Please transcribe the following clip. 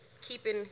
keeping